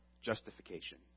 justification